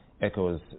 echoes